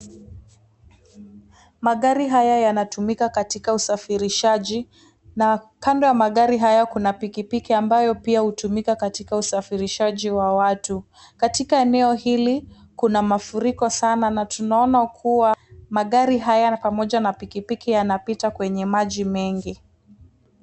Magari haya yanatumika katika usafirishaji na kando ya magari hayo kuna pikipiki ambayo pia hutumika katika usafirishaji wa watu katika eneo hili kuna mafuriko sana na tunaona kuwa magari haya pamoja na pikipiki yanapita kwenye maji mengi.